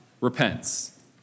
repents